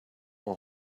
will